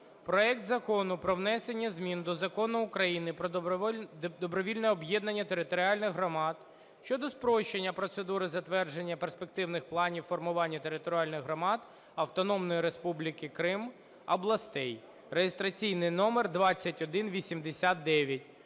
проект Закону про внесення змін до Закону України "Про добровільне об'єднання територіальних громад" (щодо спрощення процедури затвердження перспективних планів формування територій громад Автономної Республіки Крим, областей) (реєстраційний номер 2189).